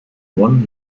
one